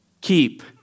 keep